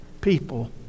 people